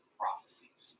prophecies